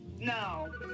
No